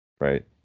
Right